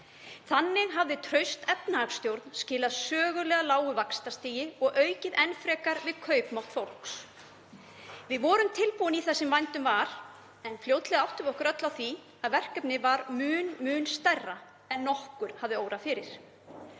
Þannig hafði traust efnahagsstjórn skilar sögulega lágu vaxtastigi og aukið enn frekar við kaupmátt fólks. Við vorum tilbúin í það sem í vændum var, en fljótlega áttuðum við okkur öll á því að verkefnið var mun stærra en nokkurn hafði órað fyrir.